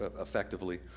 effectively